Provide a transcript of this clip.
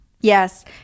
Yes